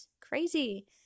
crazy